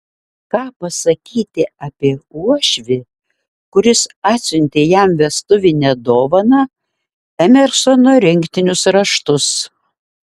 ką pasakyti apie uošvį kuris atsiuntė jam vestuvinę dovaną emersono rinktinius raštus